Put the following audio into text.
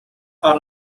are